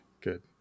good